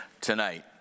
tonight